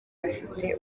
bafite